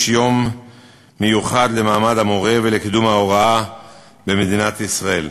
יום מיוחד למעמד המורה ולקידום ההוראה במדינת ישראל.